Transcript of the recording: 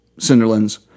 Cinderlands